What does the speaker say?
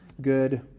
good